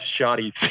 shoddy